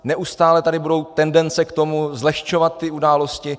Neustále tady budou tendence k tomu zlehčovat události.